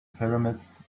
pyramids